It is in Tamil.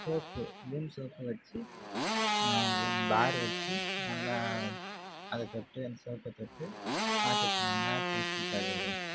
சோப்பு விம் சோப்பு வச்சு விம் பாரை வச்சு நல்லா அதை தொட்டு அந்த சோப்பை தொட்டு பாத்திரத்த நல்லா தேய்ச்சி கழுவுவேன்